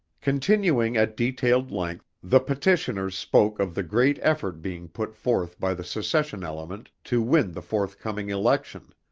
continuing at detailed length, the petitioners spoke of the great effort being put forth by the secession element to win the forthcoming election.